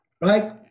right